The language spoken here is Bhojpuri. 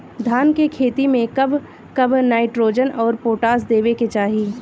धान के खेती मे कब कब नाइट्रोजन अउर पोटाश देवे के चाही?